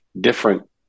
different